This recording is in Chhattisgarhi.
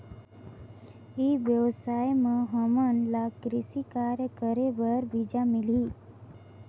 ई व्यवसाय म हामन ला कृषि कार्य करे बर बीजा मिलही?